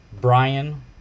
Brian